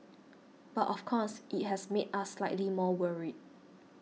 but of course it has made us slightly more worried